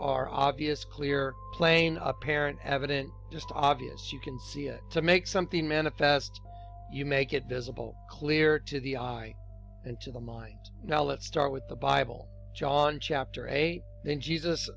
are obvious clear plain apparent evident just obvious you can see it to make something manifest you make it visible clear to the eye and to the mind now let's start with the bible john chapter eight then jesus